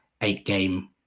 eight-game